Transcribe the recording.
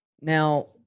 Now